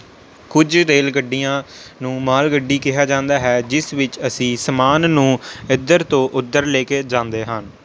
ਕੁਝ ਰੇਲ ਗੱਡੀਆਂ ਨੂੰ ਮਾਲ ਗੱਡੀ ਕਿਹਾ ਜਾਂਦਾ ਹੈ ਜਿਸ ਵਿੱਚ ਅਸੀਂ ਸਮਾਨ ਨੂੰ ਇੱਧਰ ਤੋਂ ਉੱਧਰ ਲੈ ਕੇ ਜਾਂਦੇ ਹਨ